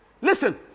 Listen